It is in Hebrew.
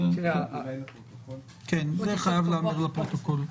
זה חייב להיאמר לפרוטוקול.